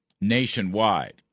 nationwide